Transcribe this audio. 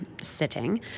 sitting